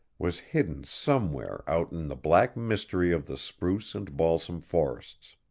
was hidden somewhere out in the black mystery of the spruce and balsam forests.